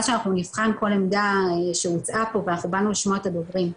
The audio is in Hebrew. שאנחנו נבחן כל עמדה שהוצעה אנחנו באני לשמוע את הדוברים,